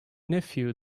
nephew